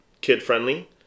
kid-friendly